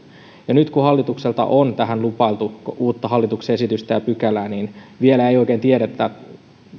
ja nyt kun hallitukselta on tähän lupailtu uutta hallituksen esitystä ja pykälää niin vielä ei oikein tiedetä